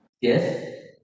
Yes